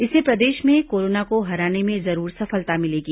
इससे प्रदेश में कोरोना को हराने में जरूर सफलता मिलेगी